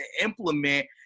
implement